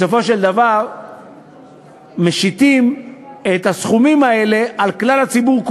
בסופו של דבר משיתים את הסכומים האלה על כלל הציבור,